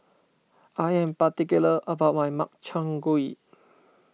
I am particular about my Makchang Gui